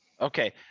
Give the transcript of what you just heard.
okay